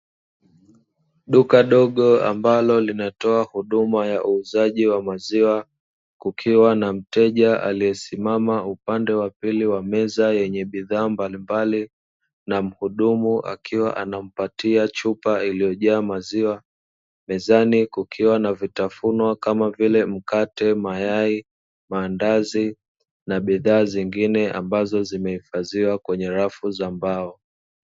Duka dogo ambalo linatoa huduma ya uuzaji wa maziwa, kukiwa na mteja aliesimama upande wa pili wa meza yenye bidhaa mbalimbali na muhudumu akiwa anampatia chupa iliojaa maziwa na mezani kukiwa na vitafunwa kama vile mkate, maandazi, mayai na bidhaa zingine ambazo zimehifadhiwa kwenye rafu za mbao.